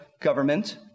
government